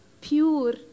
pure